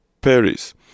Paris